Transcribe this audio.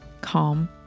Calm